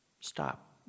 stop